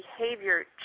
behavior